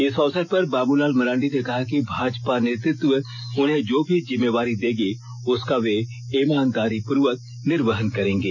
इस अवसर पर बाबूलाल मरांडी ने कहा भाजपा नेतृत्व उन्हें जो भी जिम्मेवारी देगी उसका वे ईमानदारीपूर्वक निर्वहन करेंगे